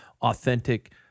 authentic